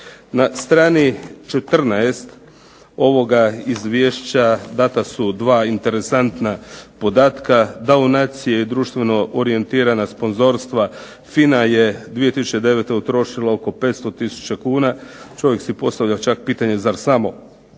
Na strani 14. ovoga Izvješća data su dva interesantna podatka da .../Govornik se ne razumije./... i društveno orijentirana sponzorstva FINA je 2009. utrošila oko 500000 kuna. Čovjek si postavlja čak pitanje zar samo